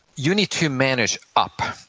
you need to manage up,